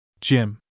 Jim